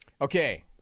Okay